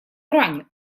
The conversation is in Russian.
иране